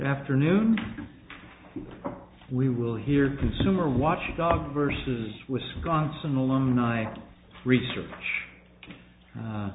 afternoon we will hear consumer watchdog verses wisconsin alumni research